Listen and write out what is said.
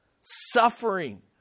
Suffering